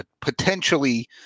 potentially